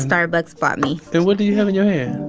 starbucks bought me and what do you have in your hand?